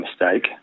mistake